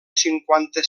cinquanta